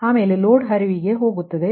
ಆಮೇಲೆ ನಾವು ಲೋಡ್ ಹರಿವಿಗೆ ಹೋಗುತ್ತೇವೆ